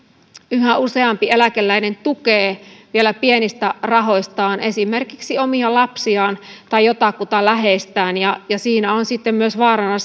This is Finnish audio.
yhä useampi eläkeläinen tukee vielä pienistä rahoistaan esimerkiksi omia lapsiaan tai jotakuta läheistään ja ja siinä on sitten myös vaarana